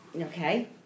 Okay